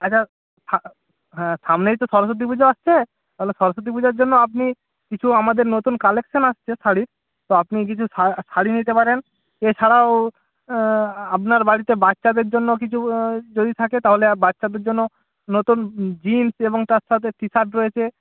আচ্ছা সা হ্যাঁ সামনেই তো সরস্বতী পুজো আসছে তাহলে সরস্বতী পূজার জন্য আপনি কিছু আমাদের নতুন কালেকশান আসছে শাড়ি তো আপনি কিছু শাড়ি নিতে পারেন এছাড়াও আপনার বাড়িতে বাচ্ছাদের জন্য কিছু যদি থাকে তাহলে বাচ্ছাদের জন্য নতুন জিন্স এবং তার সাথে টি শার্ট রয়েছে